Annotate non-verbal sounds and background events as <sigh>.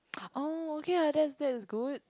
<noise> oh okay lah that's that's good